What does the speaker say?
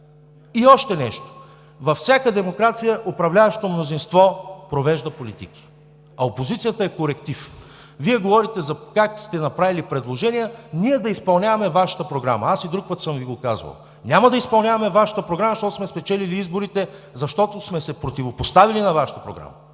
И още нещо – във всяка демокрация управляващото мнозинство провежда политики, а опозицията е коректив. Вие говорите как сте направили предложения ние да изпълняваме Вашата програма. Аз и друг път съм Ви го казвал: няма да изпълняваме Вашата програма, защото сме спечелили изборите, противопоставили сме се на Вашата програма,